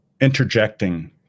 interjecting